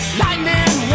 lightning